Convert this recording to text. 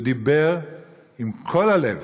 הוא דיבר עם כל הלב